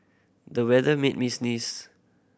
the weather made me sneeze